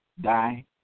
Die